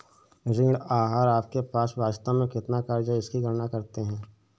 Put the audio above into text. ऋण आहार आपके पास वास्तव में कितना क़र्ज़ है इसकी गणना करते है